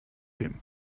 him